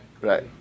Right